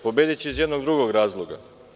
Pobediće iz jednog drugog razloga.